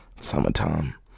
Summertime